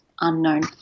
unknown